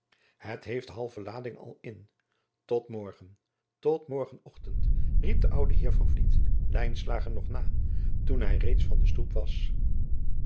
het heeft de halve lading al in tot morgen tot morgen ochtend riep de oude heer van vliet lijnslager nog na toen hij reeds van de stoep was